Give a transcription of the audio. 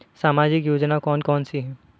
सामाजिक योजना कौन कौन सी हैं?